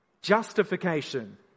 justification